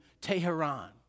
Tehran